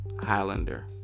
Highlander